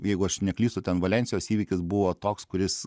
jeigu aš neklystu ten valensijos įvykis buvo toks kuris